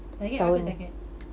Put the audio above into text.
target berapa target